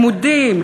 והלימודים.